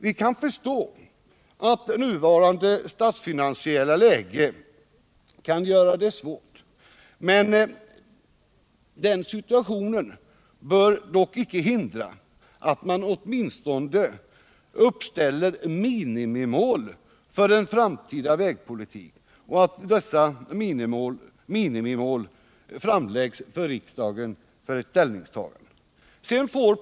Vi förstår att nuvarande statsfinansiella läge kan göra att detta blir svårt, men den situationen bör icke hindra att man åtminstone uppställer minimimål för en framtida vägpolitik och att dessa minimimål framläggs för riksdagens ställningstagande.